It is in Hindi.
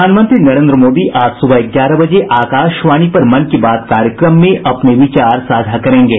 प्रधानमंत्री नरेन्द्र मोदी आज सुबह ग्यारह बजे आकाशवाणी पर मन की बात कार्यक्रम में अपने विचार साझा करेंगे